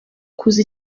kuza